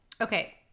okay